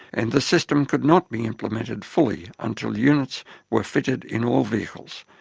and the system could not be implemented fully until units were fitted in all vehicles,